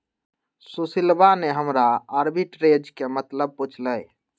सुशीलवा ने हमरा आर्बिट्रेज के मतलब पूछ लय